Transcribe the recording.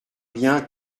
bien